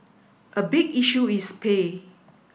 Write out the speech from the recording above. a big issue is pay